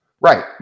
Right